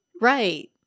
Right